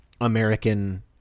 American